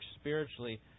spiritually